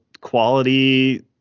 quality